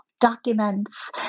documents